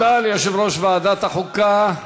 תודה ליושב-ראש ועדת החוקה,